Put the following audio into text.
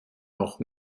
noch